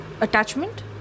attachment